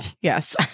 Yes